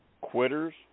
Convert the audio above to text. quitters